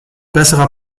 besserer